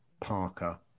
Parker